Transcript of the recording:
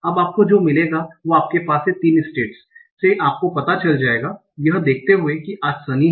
अब आपको जो मिलेगा वो आपके पास हैं 3 स्टेट्स से आपको पता चल जाएगा यह देखते हुए कि आज सनी है